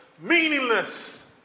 meaningless